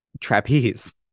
trapeze